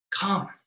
Come